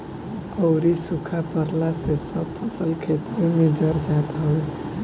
अउरी सुखा पड़ला से सब फसल खेतवे में जर जात हवे